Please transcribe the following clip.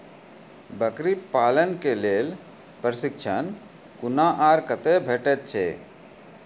बकरी पालन के लेल प्रशिक्षण कूना आर कते भेटैत छै?